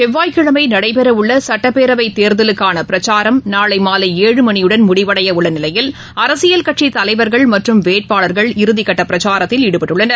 செவ்வாய்க்கிழமைநடைபெறவுள்ளசட்டப்பேரவைத்தேர்தலுக்கானபிரச்சாரம் தமிழகத்தில் வரும் நாளைமாலை ஏழு மணியுடன் முடிவடையவுள்ளநிலையில் அரசியல் கட்சித்தலைவர்கள் மற்றும் வேட்பாளர்கள் இறுதிக்கட்டபிரச்சாரத்தில் ஈடுபட்டுள்ளனர்